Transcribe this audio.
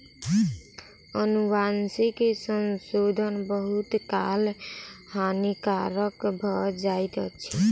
अनुवांशिक संशोधन बहुत काल हानिकारक भ जाइत अछि